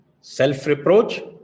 self-reproach